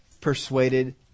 persuaded